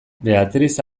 beatriz